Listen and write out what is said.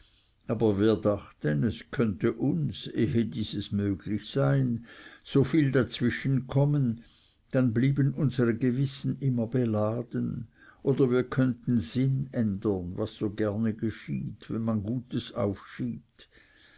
aber wir dachten es könnte uns ehe dieses möglich sei so viel dazwischenkommen dann blieben unsere gewissen immer beladen oder wir könnten sinn ändern was so gerne geschieht wenn man gutes aufschiebt